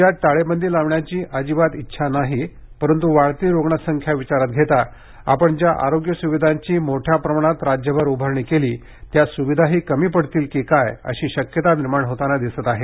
राज्यात टाळेबंदी लावण्याची अजिबात इच्छा नाही परंतु वाढती रुग्णसंख्या विचारात घेता आपण ज्या आरोग्य सुविधांची मोठ्या प्रमाणात राज्यभर उभारणी केली त्या सुविधाही कमी पडतील की काय अशी शक्यता निर्माण होतांना दिसत आहे